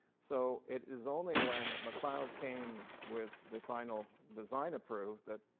so it is only when mcleod came with the final design approved that